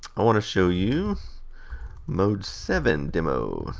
i want to show you mode seven demo.